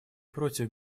против